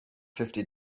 fifty